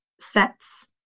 sets